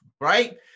right